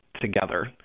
together